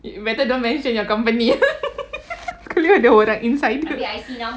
you better don't mention your company sekali ada orang insider